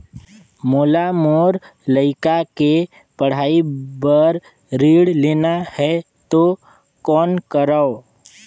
मोला मोर लइका के पढ़ाई बर ऋण लेना है तो कौन करव?